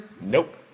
Nope